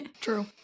true